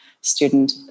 student